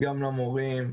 גם למורים,